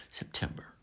September